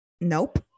nope